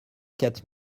quatre